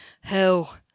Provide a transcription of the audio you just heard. Hell